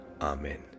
Amen